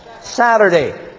Saturday